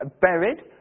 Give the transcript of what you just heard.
buried